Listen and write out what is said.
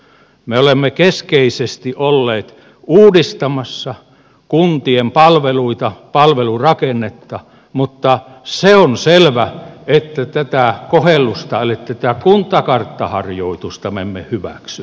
me olemme keskeisesti olleet uudistamassa kuntien palveluita palvelurakennetta mutta se on selvä että tätä kohellusta eli tätä kuntakarttaharjoitusta me emme hyväksy